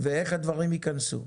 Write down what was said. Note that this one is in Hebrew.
ואיך הדברים ייכנסו.